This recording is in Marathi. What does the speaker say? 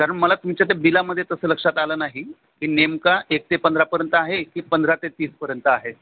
कारण मला तुमच्या ते बिलामध्ये तसं लक्षात आलं नाही की नेमका एक ते पंधरापर्यंत आहे की पंधरा ते तीसपर्यंत आहे